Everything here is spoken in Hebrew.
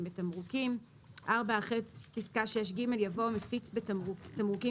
בתמרוקים"; (4)אחרי פסקה (6ג) יבוא: "(6ד)מפיץ תמרוקים